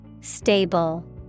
Stable